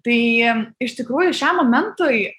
tai iš tikrųjų šiam momentui